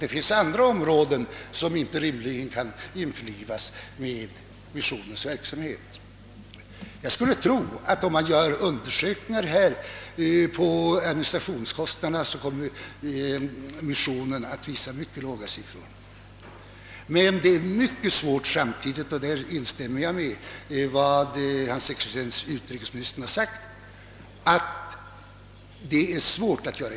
Det finns områden som rimligtvis inte kan införlivas med missionens verksamhet. Om man gör undersökningar om administrationskostnaderna, kommer missionen säkerligen att visa upp mycket låga siffror.